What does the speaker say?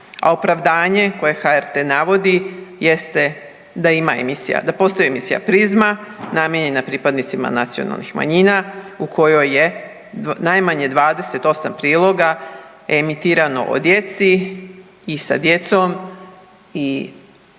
a opravdanje koje HRT navodi jeste da ima emisija, da postoji emisija „Prizma“ namijenjena pripadnicima nacionalnih manjina u kojoj je najmanje 28 priloga emitirano o djeci i sa djecom i eto